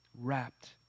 Wrapped